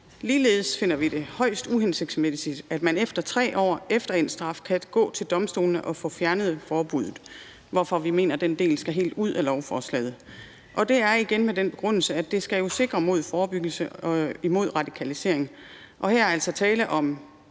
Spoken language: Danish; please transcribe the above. Ligeledes finder vi det højst uhensigtsmæssigt, at man 3 år efter ens straf kan gå til domstolene og få fjernet forbuddet, hvorfor vi mener, at den del skal helt ud af lovforslaget. Det er igen med den begrundelse, at det jo skal sikre forebyggelse af radikalisering. Og her er der altså tale om